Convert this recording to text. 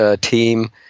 team